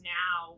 now